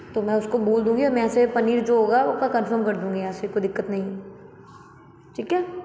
तो मैं उसको बोल दूंगी और मैं यहाँ से पनीर जो होगा कंफ़र्म कर दूंगी यहाँ से कोई दिक्कत नहीं है ठीक है